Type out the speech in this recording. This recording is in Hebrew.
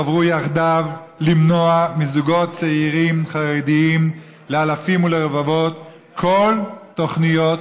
חברו יחדיו למנוע מזוגות צעירים חרדים לאלפים ולרבבות תוכניות